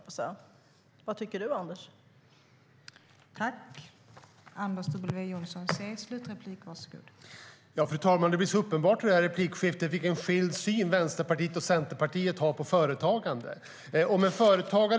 Vad tycker du, Anders?